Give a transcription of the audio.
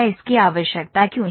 इसकी आवश्यकता क्यों है